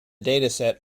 dataset